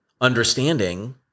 understanding